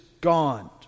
gone